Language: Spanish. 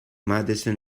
madison